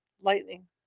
Lightning